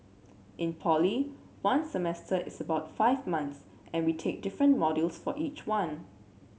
in poly one semester is about five months and we take different modules for each one